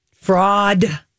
Fraud